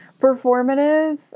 performative